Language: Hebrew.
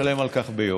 נשלם על כך ביוקר.